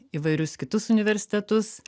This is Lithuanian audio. įvairius kitus universitetus